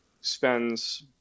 spends